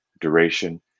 duration